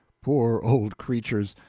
poor old creatures,